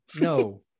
no